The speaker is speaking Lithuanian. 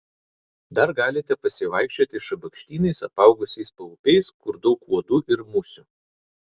dar galite pasivaikščioti šabakštynais apaugusiais paupiais kur daug uodų ir musių